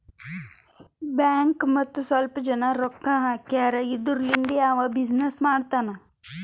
bank ಮತ್ತ ಸ್ವಲ್ಪ ಜನ ರೊಕ್ಕಾ ಹಾಕ್ಯಾರ್ ಇದುರ್ಲಿಂದೇ ಅವಾ ಬಿಸಿನ್ನೆಸ್ ಮಾಡ್ತಾನ್